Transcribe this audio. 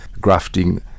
grafting